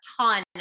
ton